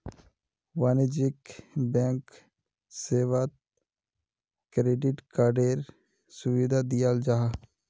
वाणिज्यिक बैंक सेवात क्रेडिट कार्डएर सुविधा दियाल जाहा